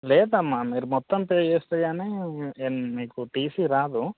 లేదమ్మ మీరు మొత్తం పే చేస్తే కానీ నేను మీకు టీసీ రాదు